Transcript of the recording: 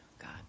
God